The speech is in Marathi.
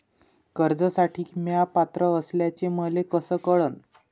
कर्जसाठी म्या पात्र असल्याचे मले कस कळन?